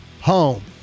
home